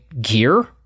gear